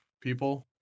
people